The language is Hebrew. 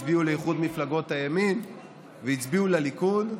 הצביעו לאיחוד מפלגות הימין והצביעו לליכוד,